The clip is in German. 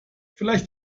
vielleicht